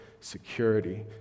security